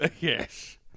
Yes